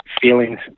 feelings